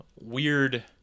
weird